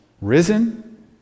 risen